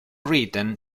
written